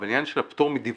אבל העניין של הפטור מדיווח,